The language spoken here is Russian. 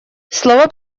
слово